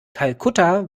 kalkutta